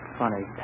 funny